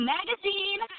Magazine